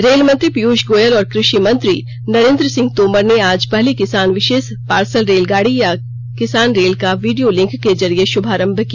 rail मंत्री पीयूष गोयल और कृषि मंत्री नरेन्द्र सिंह तोमर ने आज पहली किसान विशेष पार्सल रेलगाड़ी या किसान रेल का वीडियो लिंक के जरिए शुभारंभ किया